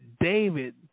David